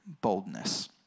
boldness